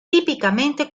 típicamente